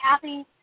Kathy